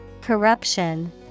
Corruption